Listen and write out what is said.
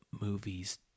movies